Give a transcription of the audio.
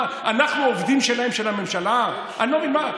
בבקשה, אדוני.